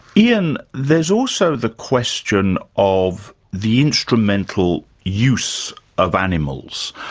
ian, there's also the question of the instrumental use of animals.